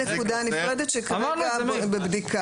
זו נקודה נפרדת שבבדיקה כרגע.